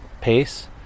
pace